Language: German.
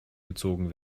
gezogen